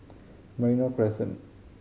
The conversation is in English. Merino Crescent